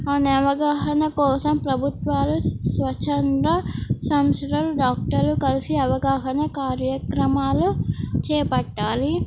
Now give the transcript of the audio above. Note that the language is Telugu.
ఆనే అవగాహన కోసం ప్రభుత్వాలు స్వచ్ఛంద సంస్థలు డాక్టర్లు కలిసి అవగాహన కార్యక్రమాలు చేపట్టాలి